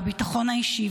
בביטחון האישי,